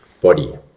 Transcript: body